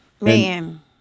man